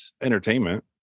entertainment